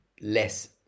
less